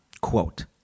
Quote